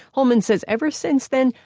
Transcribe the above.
holman said ever since then,